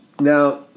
Now